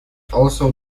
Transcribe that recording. also